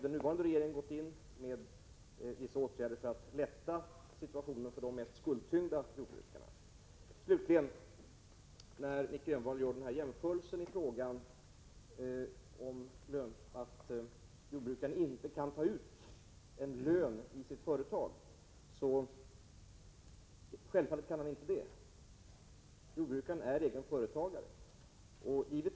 Den nuvarande regeringen har ju gått in med vissa åtgärder för att underlätta situationen för de mest skuldtyngda jordbrukarna. Slutligen: Nic Grönvall gör en jämförelse mellan löntagare och jordbrukare och framhåller att jordbrukaren inte kan ta ut en lön i sitt företag. Självfallet kan han inte det. Jordbrukaren är egen företagare.